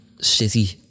City